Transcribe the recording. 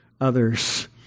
others